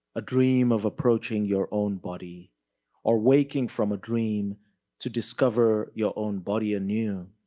a dream of approaching your own body or waking from a dream to discover your own body anew.